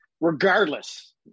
regardless